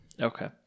Okay